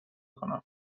کنم